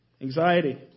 anxiety